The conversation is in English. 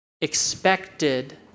expected